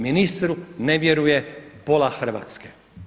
Ministru ne vjeruje pola Hrvatske.